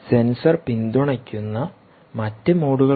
sensor പിന്തുണയ്ക്കുന്ന മറ്റ് മോഡുകൾ ഉണ്ട്